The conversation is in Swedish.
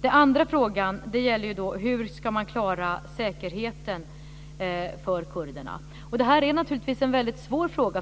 Den andra frågan gäller hur man ska klara säkerheten för kurderna. Detta är naturligtvis en väldigt svår fråga.